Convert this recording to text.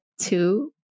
two